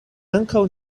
ankaŭ